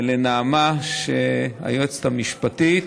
ולנעמה, היועצת המשפטית.